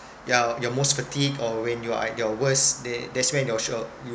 yeah your most fatigue or when you are at your worst there that's when you'll show